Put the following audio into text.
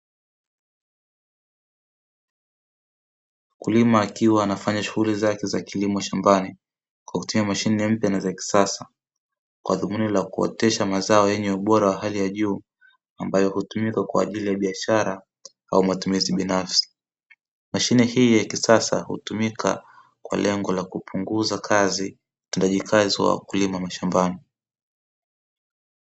Mkulima akiwa anafanya shughuli zake za kilimo shambani, kupitia mashine mpya na za kisasa, kwa dhumuni la kuotesha mazao yenye ubora wa hali ya juu, ambayo hutumika kwa ajili ya biashara au matumizi binafsi, mashine hii ya kisasa hutumika kwa lengo la kupunguza kazi, utendaji kazi wa wakulima mashambani.